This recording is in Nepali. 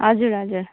हजुर हजुर